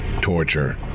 torture